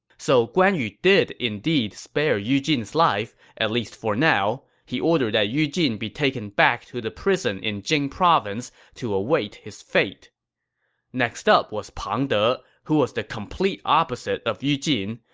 so guan yu did indeed spare yu jin's life, at least for now. he ordered that yu jin be taken back to the prison in jing province to await his fate next up was pang de, who was the complete opposite of yu jin.